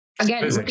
again